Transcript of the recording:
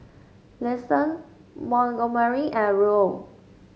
Liston Montgomery and Ruel